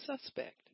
suspect